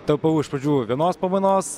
tapau iš pradžių vienos pamainos